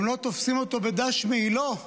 אם לא תופסים אותו בדש מעילו,